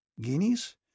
Guineas